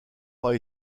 pas